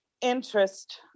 interest